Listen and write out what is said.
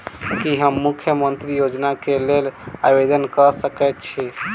की हम मुख्यमंत्री योजना केँ लेल आवेदन कऽ सकैत छी?